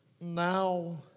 Now